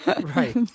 Right